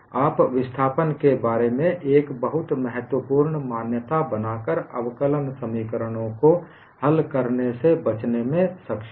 आप विस्थापन के बारे में एक बहुत महत्वपूर्ण मान्यता बनाकर अवकलन समीकरणों को हल करने से बचने में सक्षम हैं